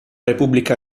repubblica